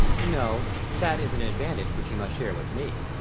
no that is an advantage which he must share with me.